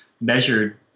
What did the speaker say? measured